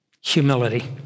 Humility